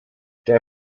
der